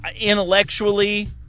intellectually